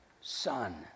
son